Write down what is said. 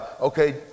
okay